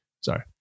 Sorry